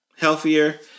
healthier